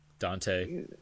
Dante